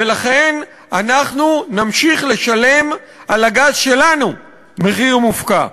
ולכן אנחנו נמשיך לשלם על הגז שלנו מחיר מופקע.